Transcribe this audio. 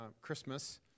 Christmas